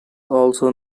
also